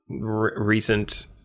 recent